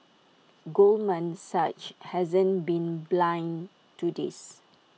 Goldman Sachs hasn't been blind to this